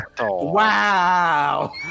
Wow